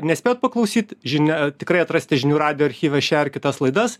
nespėjot paklausyt žinia tikrai atrasite žinių radijo archyve šią ar kitas laidas